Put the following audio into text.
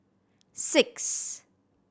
six